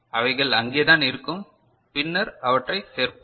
அவைகள் அங்கேதான் இருக்கும் பின்னர் அவற்றைச் சேர்ப்போம்